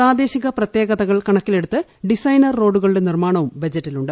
പ്രാദേശിക പ്രത്യേകതകൾ കണക്കിലെടുത്ത് ഡിസൈനർ റോഡുകളുടെ നിർമ്മാണ്ണുവും ബജറ്റിലുണ്ട്